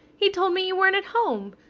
he told me you weren't at home,